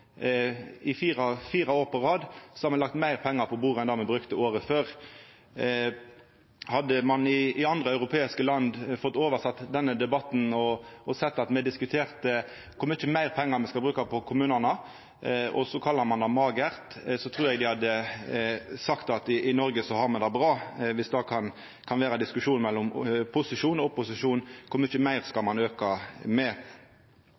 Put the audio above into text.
I fire år på rad har me lagt meir pengar på bordet enn me brukte året før. Hadde ein i andre europeiske land fått omsett denne debatten og sett at me diskuterte kor mykje meir pengar me skal bruke på kommunane, og så kallar det magert, trur eg dei hadde sagt at i Noreg har dei det bra viss det kan vera ein diskusjon mellom posisjon og opposisjon om kor mykje meir ein skal auka med.